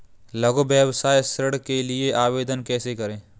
लघु व्यवसाय ऋण के लिए आवेदन कैसे करें?